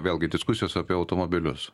vėlgi diskusijos apie automobilius